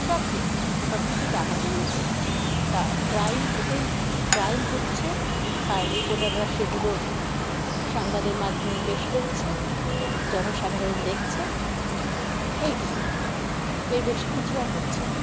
সব কিছু সব কিছু টাকা দিয়েই কেনা তা ক্রাইম হতেই ক্রাইম হচ্ছে আর রিপোর্টাররা সেগুলো সংবাদের মাধ্যমে পেশ করছে জনসাধারণ দেখছে এইটুকু এর বেশি কিছু আর হচ্ছে না